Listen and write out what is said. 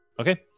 Okay